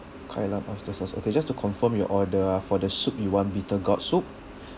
kai lan oyster sauce okay just to confirm your order ah for the soup you want bitter gourd soup